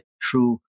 true